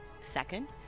Second